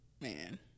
Man